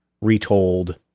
retold